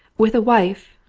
with a wife,